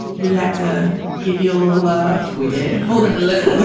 we had to give you a little love. we did. and more than a little,